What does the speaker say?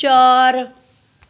ਚਾਰ